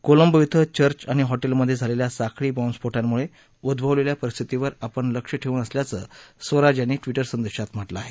कोलंबो इथं चर्च आणि हॅटेलमधे झालेल्या साखळी बॉंबस्फोटांमुळे उद्ववलेल्या परिस्थितीवर आपण लक्ष ठेवून असल्याचं स्वराज यांनी ट्विटर संदेशात म्हटलं आहे